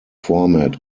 format